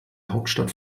hauptstadt